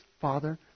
Father